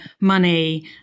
money